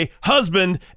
husband